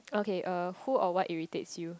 okay who a white irritate you